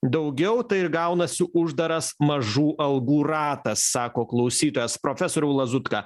daugiau tai ir gaunasi uždaras mažų algų ratas sako klausytojas profesoriau lazutka